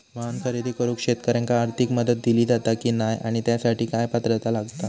वाहन खरेदी करूक शेतकऱ्यांका आर्थिक मदत दिली जाता की नाय आणि त्यासाठी काय पात्रता लागता?